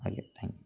okay thank you